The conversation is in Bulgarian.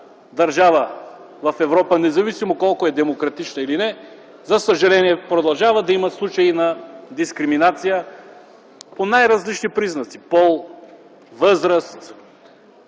държава в Европа, независимо колко е демократична или не, за съжаление продължава да има случаи на дискриминация по най-различни признаци – пол, възраст,